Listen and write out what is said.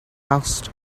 asked